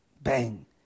Bang